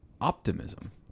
optimism